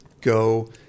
go